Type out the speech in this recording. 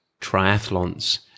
triathlons